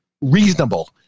reasonable